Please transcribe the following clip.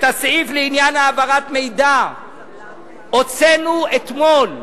את הסעיף לעניין העברת מידע הוצאנו אתמול מהחוק,